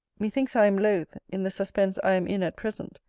methinks i am loth, in the suspense i am in at present,